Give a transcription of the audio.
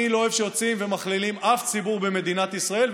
אני לא אוהב שיוצאים ומכלילים אף ציבור במדינת ישראל,